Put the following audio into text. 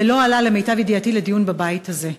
והוא לא עלה, למיטב ידיעתי, לדיון בבית הזה.